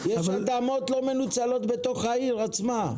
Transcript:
יש עוד אדמות לא מנוצלות בתוך העיר עצמה.